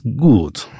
good